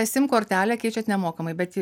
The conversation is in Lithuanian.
sim kortelę keičiat nemokamai bet